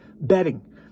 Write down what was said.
Betting